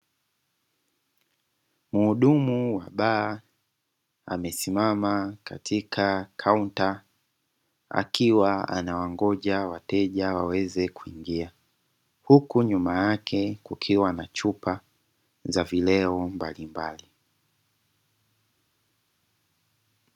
Muhudumu wa baa amesimama katika kaunta akiwa anasubiri wateja waweze kuingia, huku nyuma yake kukiwa na chupa za vileo mbalimbali.